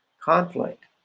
conflict